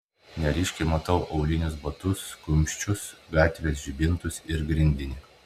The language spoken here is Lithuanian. neryškiai matau aulinius batus kumščius gatvės žibintus ir grindinį